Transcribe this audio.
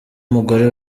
umugore